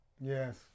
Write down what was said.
Yes